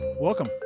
Welcome